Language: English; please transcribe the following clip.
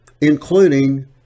including